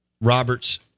Robert's